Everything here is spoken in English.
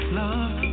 love